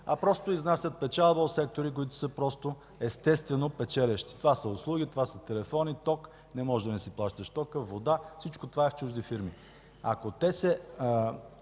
а просто изнасят печалба от сектори, които са естествено печелещи – това са услуги, това са телефони, това е ток. Не може да не си плащаш тока, водата. Всичко това е в чужди фирми. Ако тези